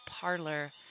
Parlor